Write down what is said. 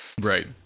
Right